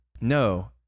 No